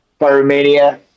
Pyromania